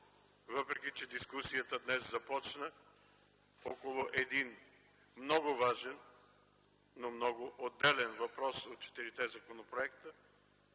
въпреки че дискусията днес започна около един много важен, но много отделен въпрос от четирите законопроекта